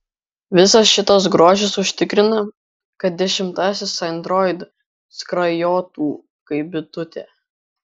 visas šitas grožis užtikrina kad dešimtasis android skrajotų kaip bitutė